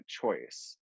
choice